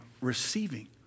receiving